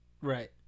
Right